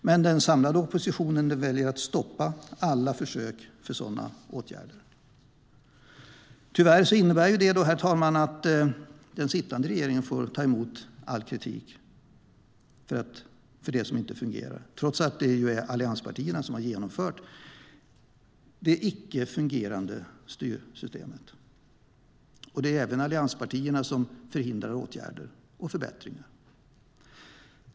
Men den samlade oppositionen väljer att stoppa alla försök till sådana åtgärder. Tyvärr innebär det, herr talman, att den sittande regeringen får ta emot all kritik för det som inte fungerar, trots att det är allianspartierna som genomfört det icke fungerande styrsystemet. Det är även allianspartierna som förhindrar åtgärder och förbättringar.